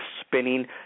spinning